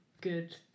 good